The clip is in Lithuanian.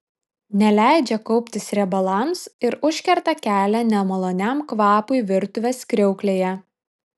neleidžia kauptis riebalams ir užkerta kelią nemaloniam kvapui virtuvės kriauklėje